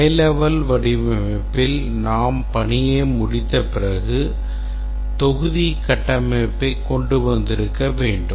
high level வடிவமைப்பில் நாம் பணியை முடித்த பிறகு தொகுதி கட்டமைப்பைக் கொண்டு வந்திருக்க வேண்டும்